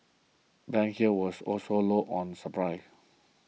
banks here was also low on supply